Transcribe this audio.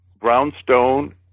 brownstone